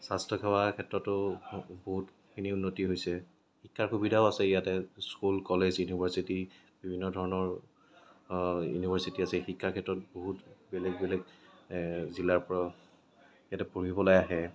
স্বাস্থ্যসেৱা ক্ষেত্ৰতো বহুত বহুতখিনি উন্নতি হৈছে শিক্ষাৰ সুবিধাও আছে ইয়াতে স্কুল কলেজ ইউনিভাৰ্চিটি বিভিন্ন ধৰণৰ ইউনিভাৰ্চিটি আছে শিক্ষাৰ ক্ষেত্ৰত বহুত বেলেগ বেলেগ জিলাৰপৰাও ইয়াতে পঢ়িবলৈ আহে